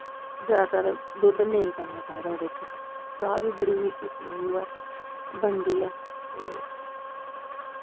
जैदातर दुद्ध नेईं पाना चाहिदा ओह्दे बिच्च चाह् बी बड़े किसमें दी बनदी ऐ